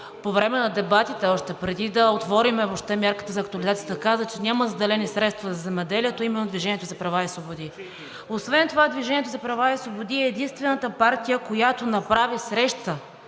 по време на дебатите още преди да отворим въобще мярката за актуализацията, каза, че няма заделени средства за земеделието, е именно „Движение за права и свободи“. Освен това „Движение за права и свободи“ е единствената партия, която направи среща